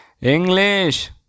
English